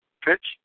pitch